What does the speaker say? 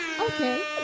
okay